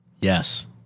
Yes